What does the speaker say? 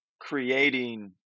creating